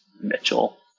Mitchell